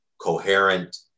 coherent